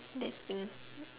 that thing